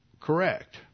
correct